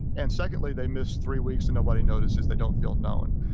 and secondly they miss three weeks and nobody notices. they don't feel known.